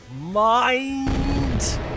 mind